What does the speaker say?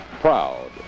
Proud